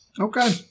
Okay